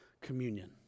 communion